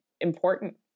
important